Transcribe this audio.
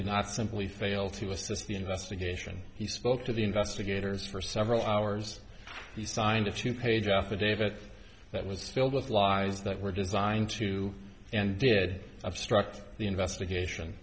did not simply fail to assist the investigation he spoke to the investigators for several hours he signed a two page affidavit that was filled with lies that were designed to and did obstruct the investigation